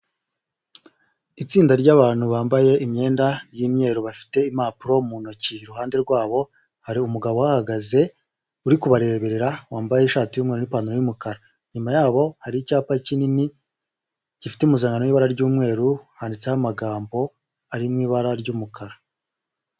Itsinda ry’abantu bambaye imyenda y’imyeru bafite impapuro mu ntoki iruhande rwabo hari umugabo uhahagaze uri kubareberera wambaye ishati y’umweru n’ipantaro y'umukara inyuma ye hari icyapa kinini gifite umuzanano w'ibara ry'umweru handitseho amagambo ari mw’ibara ry’umukara.